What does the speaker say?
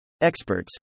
Experts